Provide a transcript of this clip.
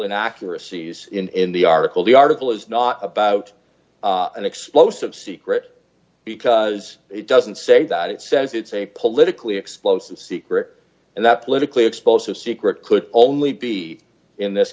inaccuracy is in the article the article is not about an explosive secret because it doesn't say that it says it's a politically explosive secret and that politically explosive secret could only be in this